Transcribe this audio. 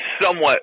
somewhat